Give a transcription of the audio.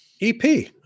EP